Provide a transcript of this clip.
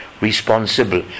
Responsible